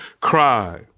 cry